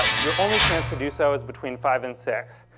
ah your only chance to do so is between five and six.